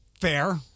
Fair